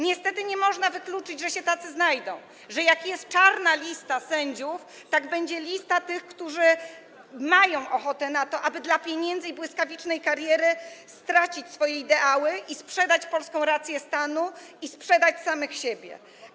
Niestety nie można wykluczyć, że się tacy znajdą, że jak jest czarna lista sędziów, tak będzie lista tych, którzy mają ochotę na to, aby dla pieniędzy i błyskawicznej kariery tracić swoje ideały i sprzedać polską rację stanu, i sprzedać samych siebie.